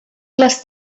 les